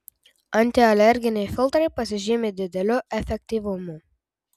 antialerginiai filtrai pasižymi dideliu efektyvumu